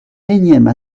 énième